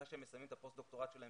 אחרי שהם מסיימים את הפוסט דוקטורט שלהם